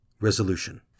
Resolution